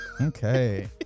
Okay